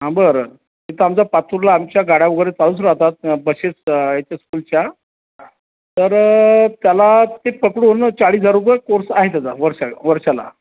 हा बरं इथं आमचं पाचूरला आमच्या गाड्या वगैरे चालूच राहतात बशेस याचे स्कुलच्या तर त्याला ते पकडून चाळीस हजार रुपये कोर्स आहे त्याचा वर्ष वर्षाला